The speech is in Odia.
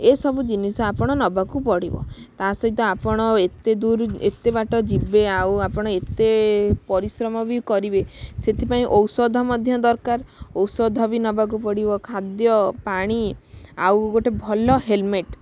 ଏ ସବୁ ଜିନିଷ ଆପଣ ନେବାକୁ ପଡ଼ିବ ତା ସହିତ ଆପଣ ଏତେ ଦୂର ଏତେ ବାଟ ଯିବେ ଆଉ ଆପଣ ଏତେ ପରିଶ୍ରମ ବି କରିବେ ସେଥିପାଇଁ ଔଷଧ ମଧ୍ୟ ଦରକାର ଔଷଧ ବି ନେବାକୁ ପଡ଼ିବ ଖାଦ୍ଯ ପାଣି ଆଉ ଗୋଟେ ଭଲ ହେଲମେଟ୍